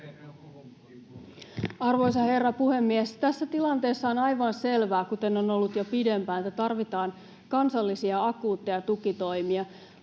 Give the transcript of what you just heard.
Arvoisa herra puhemies! Tässä tilanteessa on aivan selvää, kuten on ollut jo pidempään, että tarvitaan kansallisia akuutteja tukitoimia,